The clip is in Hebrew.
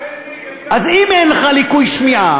אין לי, וגם, אז אם אין לך ליקוי שמיעה,